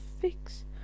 fix